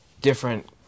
different